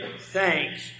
thanks